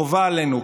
חובה עלינו,